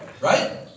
Right